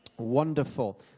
Wonderful